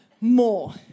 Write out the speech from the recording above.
more